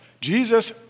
Jesus